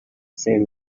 said